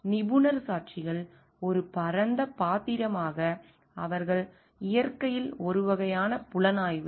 நிபுணர் சாட்சிகள் ஒரு பரந்த பாத்திரமாக அவர்கள் இயற்கையில் ஒரு வகையான புலனாய்வு